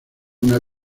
una